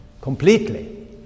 completely